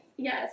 Yes